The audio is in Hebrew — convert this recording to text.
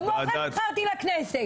כמוך נבחרתי לכנסת.